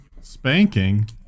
Spanking